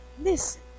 listen